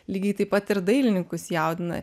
lygiai taip pat ir dailininkus jaudina